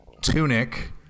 Tunic